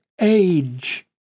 age